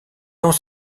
dans